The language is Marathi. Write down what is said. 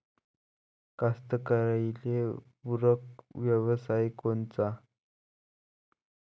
कास्तकाराइले पूरक व्यवसाय कोनचा?